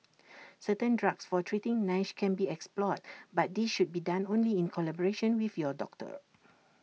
certain drugs for treating Nash can be explored but this should be done only in collaboration with your doctor